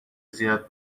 زیاد